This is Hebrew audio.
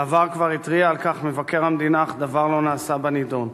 בעבר כבר התריע על כך מבקר המדינה אך דבר לא נעשה בנדון.